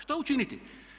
Što učiniti?